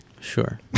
sure